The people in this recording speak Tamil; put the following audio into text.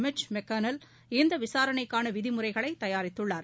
மிச் மெக்கானல் இந்த விசாரணைக்கான விதிமுறைகளை தயாரித்துள்ளார்